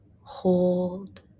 Hold